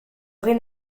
vraie